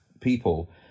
people